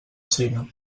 cine